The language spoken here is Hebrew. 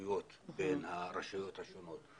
האחריות בין הרשויות השונות.